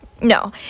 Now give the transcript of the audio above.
No